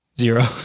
Zero